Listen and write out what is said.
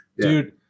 Dude